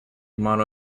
model